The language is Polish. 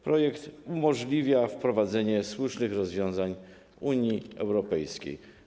Projekt umożliwia wprowadzenie słusznych rozwiązań Unii Europejskiej.